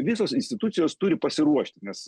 visos institucijos turi pasiruošti nes